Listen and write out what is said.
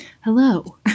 hello